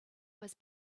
was